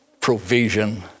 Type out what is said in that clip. provision